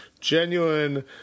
genuine